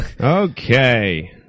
Okay